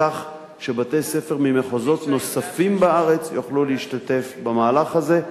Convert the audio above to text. כך שבתי-ספר ממחוזות נוספים בארץ יוכלו להשתתף במהלך הזה.